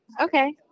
Okay